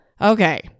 Okay